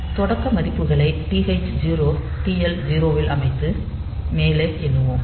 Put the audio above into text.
தொடக்க மதிப்புகளை TH 0 TL 0 ல் அமைத்து மேலே எண்ணுவோம்